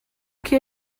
que